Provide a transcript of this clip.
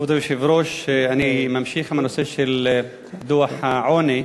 כבוד היושב-ראש, אני ממשיך בנושא של דוח העוני.